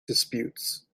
disputes